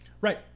right